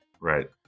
right